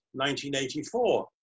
1984